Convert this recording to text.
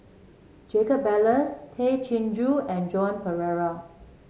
Jacob Ballas Tay Chin Joo and Joan Pereira